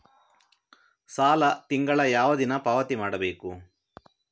ಸಾಲ ತಿಂಗಳ ಯಾವ ದಿನ ಪಾವತಿ ಮಾಡಬೇಕು?